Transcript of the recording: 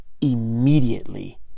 immediately